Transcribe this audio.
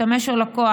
משתמש או לקוח,